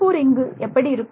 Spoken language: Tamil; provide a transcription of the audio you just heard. U4 இங்கு எப்படி இருக்கும்